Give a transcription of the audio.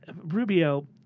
Rubio